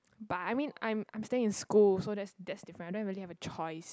but I mean I'm I'm staying in school so that's that's different I don't really have a choice